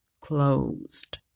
closed